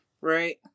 Right